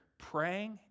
praying